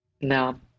Now